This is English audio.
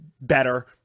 better